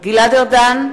גלעד ארדן,